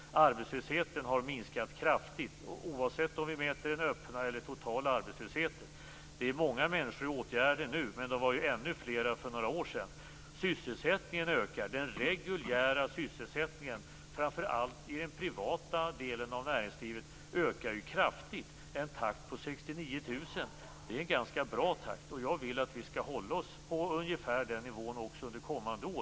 Arbetslösheten har minskat kraftigt, oavsett om vi mäter den öppna eller den totala arbetslösheten. Det är många människor som nu är i åtgärder. Men de var ännu fler för några år sedan. Den reguljära sysselsättningen, framför allt i den privata delen av näringslivet, ökar kraftigt. En takt på 69 000 är en ganska bra takt. Jag vill att vi skall hålla oss på ungefär den nivån också under kommande år.